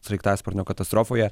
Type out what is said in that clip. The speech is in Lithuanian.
sraigtasparnio katastrofoje